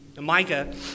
Micah